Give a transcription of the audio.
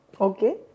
Okay